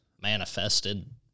manifested